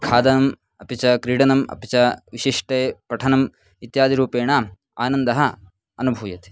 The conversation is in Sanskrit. खादनम् अपि च क्रीडनम् अपि च विशिष्टं पठनम् इत्यादिरूपेण आनन्दः अनुभूयते